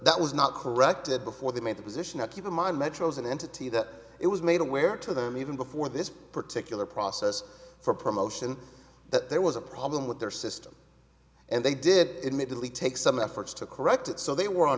that was not corrected before they made the position of keep in mind metro is an entity that it was made aware to them even before this particular process for promotion that there was a problem with their system and they did it may delete take some efforts to correct it so they were on